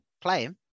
playing